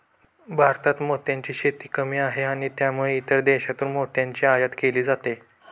भारतात मोत्यांची शेती कमी आहे आणि त्यामुळे इतर देशांतून मोत्यांची आयात केली जाते